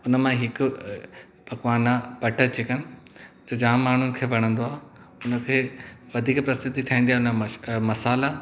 हुन मां हिकु पकवान आहे बटर चिकन जो जाम माण्हुनि खे वणंदो आहे हुनखे वधीक प्रस्थिती ठाहींदी आहे उनजा मसाला